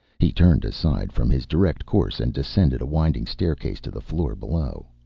he turned aside from his direct course and descended a winding staircase to the floor below.